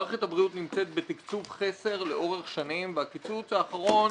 מערכת הבריאות נמצאת בתקצוב חסר לאורך שנים והקיצוץ האחרון